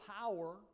power